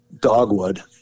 dogwood